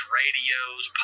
radios